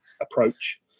approach